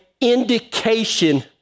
indication